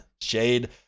Shade